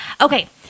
Okay